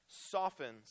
softens